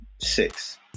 six